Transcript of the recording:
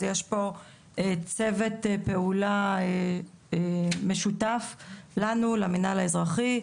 אז יש פה צוות פעולה משותף לנו למנהל האזרחי,